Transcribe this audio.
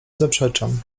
zaprzeczam